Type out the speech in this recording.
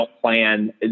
plan